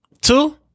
Two